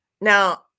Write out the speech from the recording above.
Now